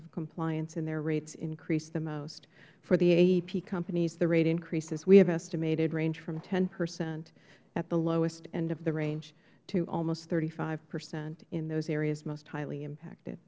of compliance and their rates increase the most for the aep companies the rate increases we have estimated range from ten percent at the lowest end of the range to almost hpercent in those areas most highly impacted